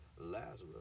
Lazarus